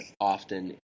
often